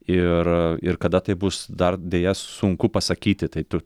ir ir kada tai bus dar deja sunku pasakyti tai tu